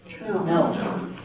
No